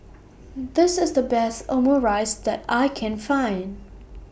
This IS The Best Omurice that I Can Find